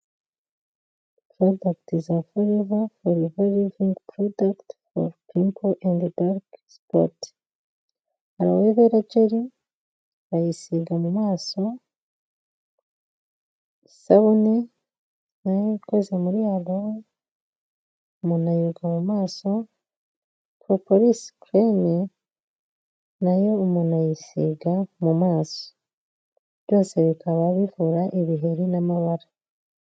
probectisvareve folive reving creduct or pgo and dorc sport avegel bayisiga mu masosabune nayokoze muri allow muanirwa mu maso propoliris clee nayo umuntu ayisiga mu maso byose bikaba bihura ibiheri n'amabara